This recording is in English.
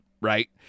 right